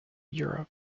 europe